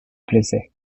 plaisaient